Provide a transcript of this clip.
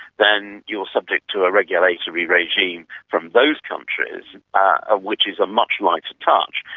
then you're subject to a regulatory regime from those countries ah which is a much lighter touch,